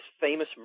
famous